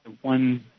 one